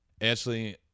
Ashley